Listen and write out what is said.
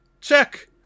check